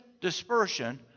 dispersion